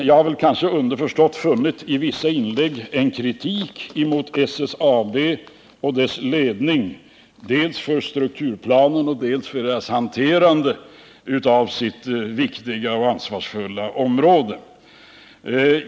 Jag har av vissa inlägg i debatten funnit att det underförstått finns en kritik emot SSAB och dess ledning. Den har gällt dels strukturplanen, dels SSAB-ledningens hanterande av sitt viktiga och ansvarsfulla område.